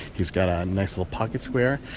he's got ah a nice little pocket square.